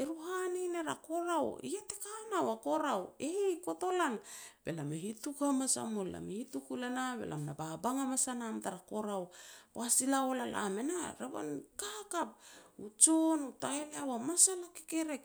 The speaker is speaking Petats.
"E ru e hani ner a korau", "Iah te ka nau a korau", "E heh i kotolan." Be lam e hituk hamas a mul, lam i hituk ul e nah be lam na babang hamas a nam tara korau. Poaj ti la wal a lam e nah, revan i ka hakap, u jon, a taheleau, masal u kekerek